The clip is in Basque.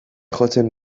jotzen